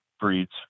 breeds